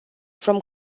from